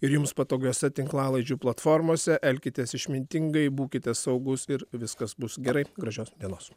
ir jums patogiose tinklalaidžių platformose elkitės išmintingai būkite saugūs ir viskas bus gerai gražios dienos